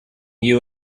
you